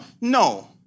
no